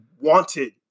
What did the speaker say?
wanted